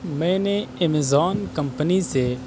میں نے ایموزون کمپی سے